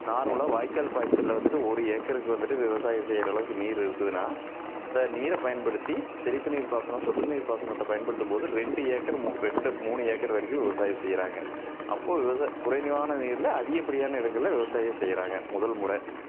நார்மலாக வாய்க்கால் பாய்ச்சல்ல வந்துட்டு ஒரு ஏக்கருக்கு வந்துட்டு விவசாயம் செய்கிற அளவுக்கு நீர் இருக்குதுனால் அந்த நீரை பயன்படுத்தி தெளிப்பு நீர் பாசனம் சொட்டு நீர் பாசனத்தை பயன்படுத்தும்போது ரெண்டு ஏக்கர் ரெண்டு மூணு ஏக்கர் வரைக்கும் விவசாயம் செய்கிறாங்க அப்போது விவசாய குறைவான நீரில் அதிகப்படியான இடங்களை விவசாயம் செய்கிறாங்க முதல் முறை